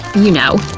you know,